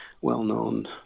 well-known